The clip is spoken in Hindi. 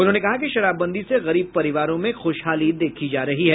उन्होंने कहा कि शराबबंदी से गरीब परिवारों में खुशहाली देखी जा रही है